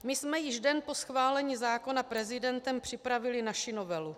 My jsme již den po schválení zákona prezidentem připravili naši novelu.